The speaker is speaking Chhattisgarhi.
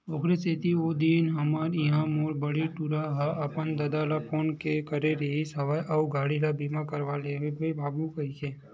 ओखरे सेती ओ दिन हमर इहाँ मोर बड़े टूरा ह अपन ददा ल फोन करे रिहिस हवय अउ गाड़ी ल बीमा करवा लेबे बाबू कहिके